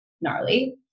gnarly